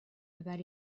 about